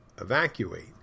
evacuate